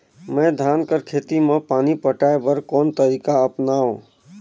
मैं धान कर खेती म पानी पटाय बर कोन तरीका अपनावो?